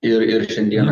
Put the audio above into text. ir ir šiandieną